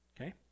okay